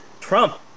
Trump